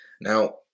Now